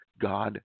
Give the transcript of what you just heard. God